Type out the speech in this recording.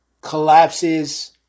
collapses